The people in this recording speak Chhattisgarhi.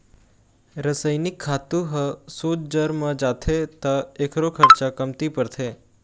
रसइनिक खातू ह सोझ जर म जाथे त एखरो खरचा कमती परथे